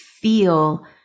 feel